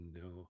no